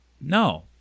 No